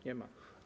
Nie ma.